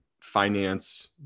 finance